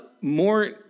more